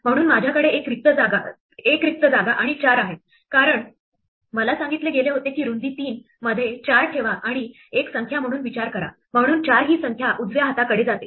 म्हणून माझ्याकडे एक रिक्त जागा एक रिक्त जागा आणि 4 आहे कारण मला सांगितले गेले होते की रुंदी 3 मध्ये 4 ठेवा आणि एक संख्या म्हणून विचार करा म्हणून 4 ही संख्या उजव्या हाताकडे जाते